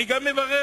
אני גם מברך